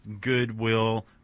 goodwill